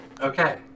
okay